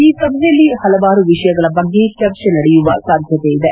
ಈ ಸಭೆಯಲ್ಲಿ ಹಲವಾರು ವಿಷಯಗಳ ಬಗ್ಗೆ ಚರ್ಚೆ ನಡೆಯುವ ಸಾಧ್ಯತೆ ಇದೆ